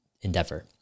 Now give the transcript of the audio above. endeavor